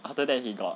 after that he got